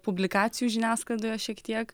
publikacijų žiniasklaidoje šiek tiek